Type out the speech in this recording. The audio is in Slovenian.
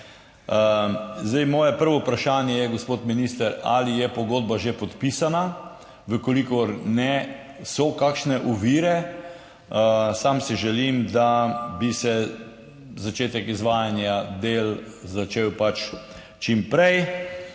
Moje prvo vprašanje je, gospod minister: Ali je pogodba že podpisana? Čer še ni, ali so kakšne ovire? Sam si želim, da bi se začetek izvajanja del začel pač čim prej.